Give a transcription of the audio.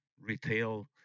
retail